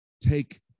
take